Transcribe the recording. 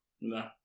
No